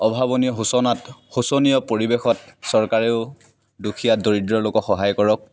অভাৱনীয় সুচনাত সুচনীয় পৰিৱেশত চৰকাৰেও দুখীয়া দৰিদ্ৰ লোকক সহায় কৰক